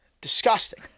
Disgusting